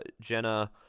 Jenna